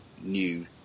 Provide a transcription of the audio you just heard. new